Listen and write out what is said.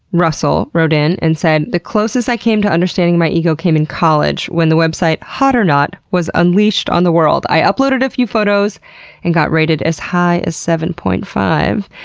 russell wrote in and said, the closest i came to understanding my ego came in college when the website hot or not was unleashed on the world. i uploaded a few photos and got rated as high as seven point five.